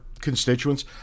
constituents